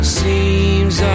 seems